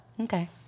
Okay